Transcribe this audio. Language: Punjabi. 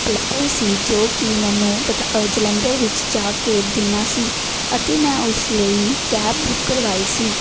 ਪੇਪਰ ਸੀ ਜੋ ਕਿ ਮੈਨੂੰ ਪਠਾ ਜਲੰਧਰ ਵਿੱਚ ਜਾ ਕੇ ਦੇਣਾ ਸੀ ਅਤੇ ਮੈਂ ਉਸ ਲਈ ਕੈਬ ਬੁੱਕ ਕਰਵਾਈ ਸੀ